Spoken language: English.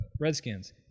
Redskins